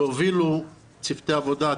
שהובילו צוותי עבודה,